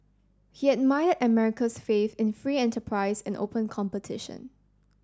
he admired America's faith in free enterprise and open competition